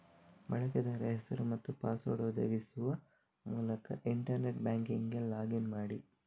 ಬಳಕೆದಾರ ಹೆಸರು ಮತ್ತು ಪಾಸ್ವರ್ಡ್ ಒದಗಿಸುವ ಮೂಲಕ ಇಂಟರ್ನೆಟ್ ಬ್ಯಾಂಕಿಂಗಿಗೆ ಲಾಗ್ ಇನ್ ಮಾಡಿ